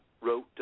wrote